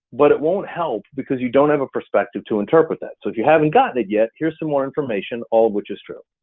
but it won't help because you don't have a perspective to interpret that. so if you haven't gotten it yet, here's some more information all which is true.